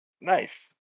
nice